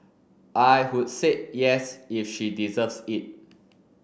I would said yes if she deserves it